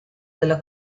della